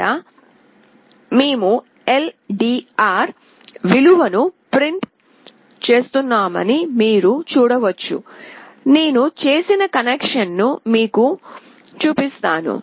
ఇక్కడే మేము LDR విలువను ప్రింట్ చేస్తున్నామని మీరు చూడవచ్చు నేను చేసిన కనెక్షన్ను మీకు చూపిస్తాను